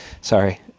Sorry